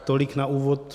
Tolik na úvod.